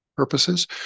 purposes